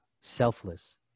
Selfless